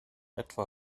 etwa